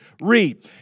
read